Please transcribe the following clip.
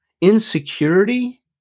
insecurity